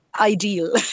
ideal